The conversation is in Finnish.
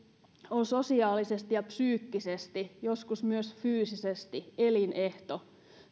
on sosiaalisesti ja psyykkisesti joskus myös fyysisesti elinehto